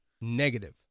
Negative